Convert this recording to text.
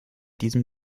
diesem